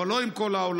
אבל לא עם כל העולם.